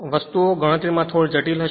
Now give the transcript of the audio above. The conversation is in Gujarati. વસ્તુઓ માટે ગણતરી થોડી જટિલ હશે